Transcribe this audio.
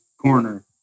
corner